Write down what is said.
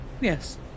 Yes